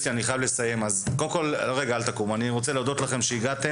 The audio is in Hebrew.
אני רוצה להודות לכם שהגעתם.